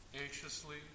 anxiously